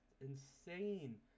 insane